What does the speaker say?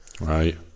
right